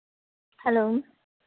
hello